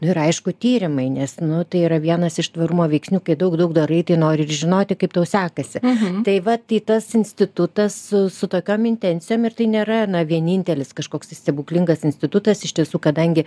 nu ir aišku tyrimai nes nu tai yra vienas iš tvarumo veiksnių kai daug daug darai tai nori ir žinoti kaip tau sekasi tai va tai tas institutas su tokiom intencijom ir tai nėra vienintelis kažkoks tai stebuklingas institutas iš tiesų kadangi